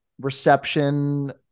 reception